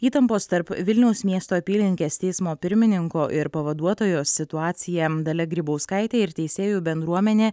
įtampos tarp vilniaus miesto apylinkės teismo pirmininko ir pavaduotojos situaciją dalia grybauskaitė ir teisėjų bendruomenė